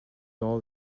all